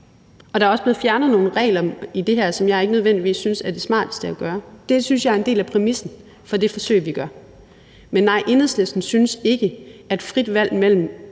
Der er også blevet fjernet nogle regler i det her, som jeg ikke nødvendigvis synes er det smarteste at gøre. Det synes jeg er en del af præmissen for det forsøg, vi gør. Men nej, Enhedslisten synes ikke, at frit valg mellem